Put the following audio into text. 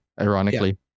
ironically